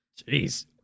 Jeez